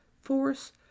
force